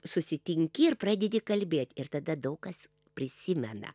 susitinki ir pradėti kalbėt ir tada daug kas prisimena